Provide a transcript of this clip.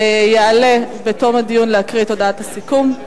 יעלה בתום הדיון להקריא את הודעת הסיכום.